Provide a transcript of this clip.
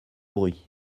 bruit